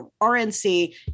RNC